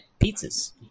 pizzas